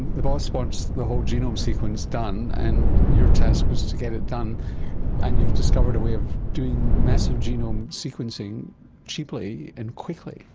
the boss wants the whole genome sequence done, and your task was to get it done and you've discovered a way of doing massive genome sequencing cheaply and quickly.